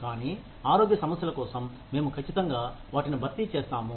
కానీ ఆరోగ్య సమస్యల కోసం మేము కచ్చితంగా వాటిని భర్తీ చేస్తాము